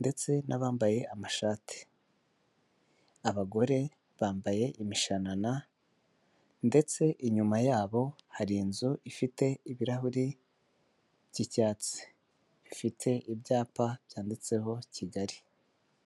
ndetse n'abambaye amashati, abagore bambaye imishanana ndetse inyuma yabo hari inzu ifite ibirahuri by'icyatsi, bifite ibyapa byanditseho Kigali.